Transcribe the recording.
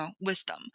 wisdom